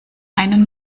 einen